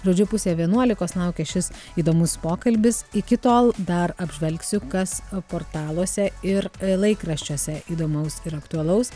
žodžiu pusė vienuolikos laukia šis įdomus pokalbis iki tol dar apžvelgsiu kas portaluose ir laikraščiuose įdomaus ir aktualaus